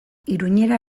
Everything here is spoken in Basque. iruñera